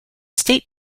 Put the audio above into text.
state